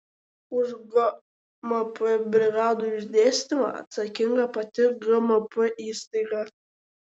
už gmp brigadų išdėstymą atsakinga pati gmp įstaiga